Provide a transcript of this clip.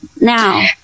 now